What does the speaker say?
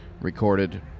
recorded